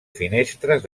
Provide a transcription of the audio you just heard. finestres